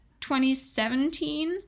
2017